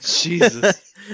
Jesus